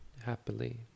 Happily